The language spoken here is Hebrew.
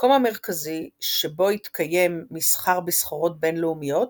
המקום המרכזי שבו התקיים מסחר בסחורות בין־לאומיות,